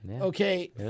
okay